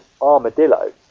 Armadillo